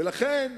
ולכן,